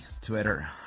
Twitter